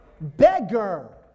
beggar